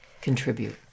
contribute